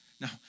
Now